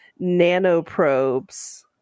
nanoprobes